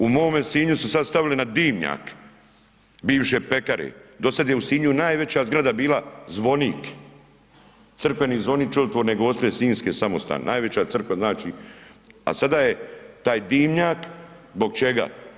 U mome Sinju su sad stavili na dimnjak bivše pekare, dosad je u Sinju najveća zgrada bila zvonik, crkveni zvonik Čudotvorne gospe sinjske, samostan, najveća crkva znači, a sada je taj dimnjak, zbog čega?